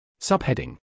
Subheading